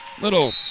Little